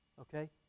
Okay